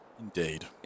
Indeed